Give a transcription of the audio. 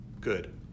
good